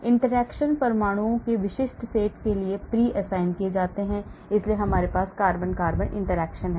interaction परमाणुओं के विशिष्ट सेट के लिए pre assigned किए गए हैं इसलिए हमारे पास कार्बन कार्बन इंटरैक्शन है